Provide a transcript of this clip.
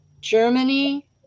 Germany